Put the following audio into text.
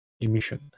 emission